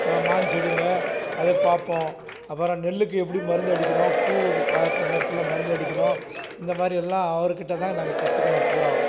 மாஞ்செடிங்க அதை பார்ப்போம் அப்புறம் நெல்லுக்கு எப்படி மருந்து அடிக்கணும் பூ காய்க்கிற நேரத்தில் மருந்து அடிக்கணும் இந்தமாதிரி எல்லாம் அவருக்கிட்டே தான் நாங்கள் கற்றுக்கினோம் பூரா